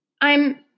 I'm